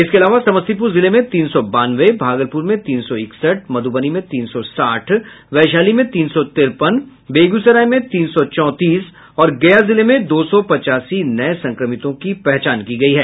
इसके अलावा समस्तीपुर जिले में तीन सौ बानवे भागलपुर में तीन सौ इकसठ मधुबनी में तीन सौ साठ वैशाली में तीन सौ तिरपन बेगूसराय में तीन सौ चौंतीस और गया जिले में दो सौ पचासी नये संक्रमितों की पहचान हुई है